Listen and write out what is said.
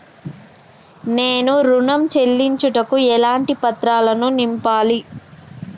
నేను ఋణం చెల్లించుటకు ఎలాంటి పత్రాలను నింపాలి?